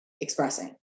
expressing